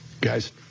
guys